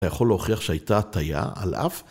‫יכול להוכיח שהייתה הטעייה על אף